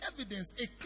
evidence